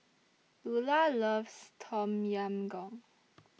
Lulah loves Tom Yam Goong